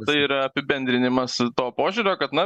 tai yra apibendrinimas to požiūrio kad na